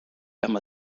emma